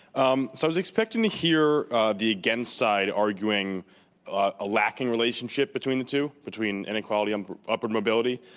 um so was expecting to hear the against side arguing a lacking relationship between the two, between inequality and upward mobility.